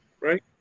right